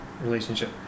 relationship